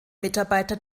mitarbeiter